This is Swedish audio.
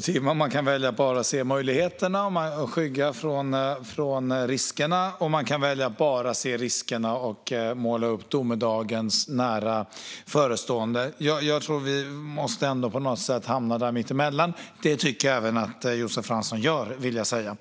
timme. Man kan välja att se bara möjligheterna och skygga för riskerna. Man kan välja att bara se riskerna och måla upp domedagens nära förestående. Vi måste ändå på något sätt hamna mittemellan. Det tycker jag även att Josef Fransson gör, vill jag säga.